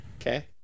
Okay